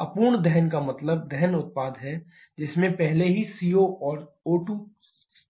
अपूर्ण दहन का मतलब दहन उत्पाद है जिसमें पहले से ही CO और O2